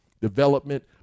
development